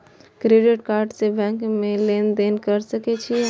Credit card से bank में लेन देन कर सके छीये?